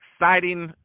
exciting